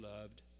loved